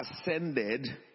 ascended